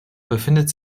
befindet